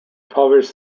publish